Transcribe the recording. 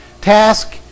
task